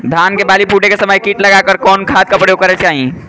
धान के बाली फूटे के समय कीट लागला पर कउन खाद क प्रयोग करे के चाही?